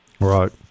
right